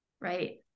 right